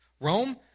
Rome